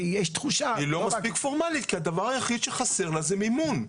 כי יש תחושה -- היא לא מספיק פורמלית כי הדבר היחיד שחסר לה זה מימון.